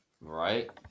Right